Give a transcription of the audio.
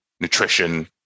nutrition